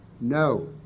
no